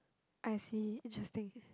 I see interesting